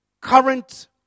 Current